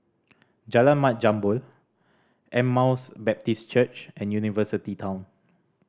Jalan Mat Jambol Emmaus Baptist Church and University Town